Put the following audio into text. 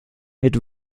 mit